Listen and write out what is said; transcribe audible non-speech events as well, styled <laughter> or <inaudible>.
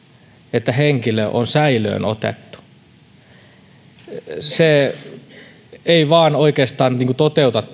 että henkilö on säilöön otettu tämä ehdotus ja tämä toimintatapa mikä nyt on suomessa ei vain oikeastaan toteuta <unintelligible>